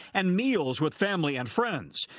and meals with family and friends.